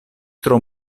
tro